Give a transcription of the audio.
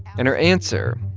and her answer,